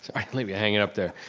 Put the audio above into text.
sorry to leave you hangin' up there.